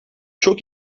çok